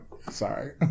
Sorry